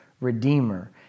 redeemer